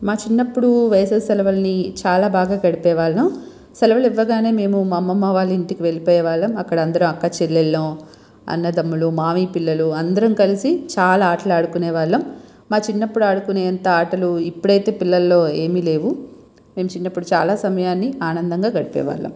మా చిన్నపుడు వేసవి సెలవులని చాలా బాగా గడిపేవాళ్ళం సెలవులు ఇవ్వగానే మేము మా అమ్మమ్మ వాళ్ళ ఇంటికి వెళ్ళిపోయేవాళ్ళం అక్కడ అందరూ అక్కాచెల్లెళ్ళం అన్నాతమ్ముళ్ళం మామయ్య పిల్లలు అందరం కలిసి చాలా ఆటలు ఆడుకునే వాళ్ళం మా చిన్నప్పుడు ఆడుకునే అంత ఆటలు ఇప్పుడు అయితే పిల్లలలో ఏమీ లేవు మేము చిన్నప్పుడు చాలా సమయాన్ని ఆనందంగా గడిపేవాళ్ళం